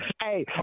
Hey